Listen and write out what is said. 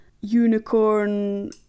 unicorn